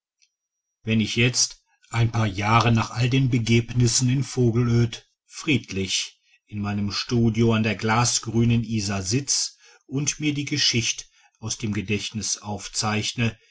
wenn ich jetzt ein paar jahre nach all den begebnissen in vogelöd friedlich in meinem studio an der glasgrünen isar sitz und mir die geschicht aus dem gedächtnis aufzeichne